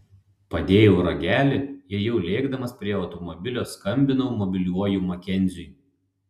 padėjau ragelį ir jau lėkdamas prie automobilio skambinau mobiliuoju makenziui